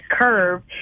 curve